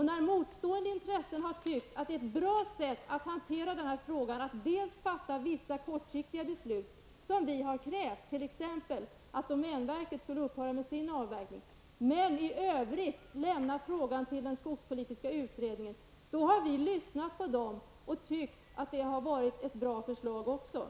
När motstående intressen har ansett att det är bra att man nu fattar vissa kortsiktiga beslut som vi har föreslagit, t.ex. att domänverket skall upphöra med sin avverkning, men att man i övrigt bör överlämna frågan till den skogspolitiska utredningen, har vi lyssnat till dem och kommit fram till att deras förslag är bra.